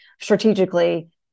strategically